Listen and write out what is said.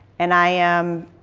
and i am